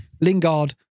Lingard